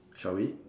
shall we